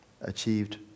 achieved